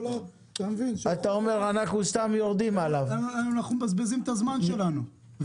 אנחנו מבזבזים את הזמן שלנו.